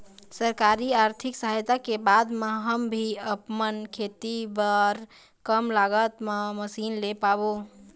सरकारी आरथिक सहायता के बाद मा हम भी आपमन खेती बार कम लागत मा मशीन ले पाबो?